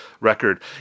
record